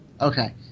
Okay